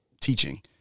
teaching